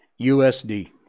USD